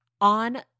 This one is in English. on